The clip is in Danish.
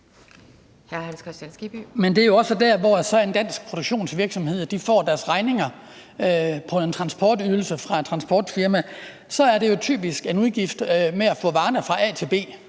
Kristian Skibby (DF): Men en dansk produktionsvirksomhed får jo også deres regninger på en transportydelse fra et transportfirma. Det er jo typisk en udgift til at få varerne fra A til B.